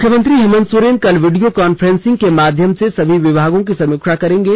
मुख्यमंत्री हेमन्त सोरेन कल video conferencing के माध्यम से सभी विभागों की समीक्षा करेंगे